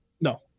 No